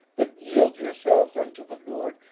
but yield yourselves unto the lord,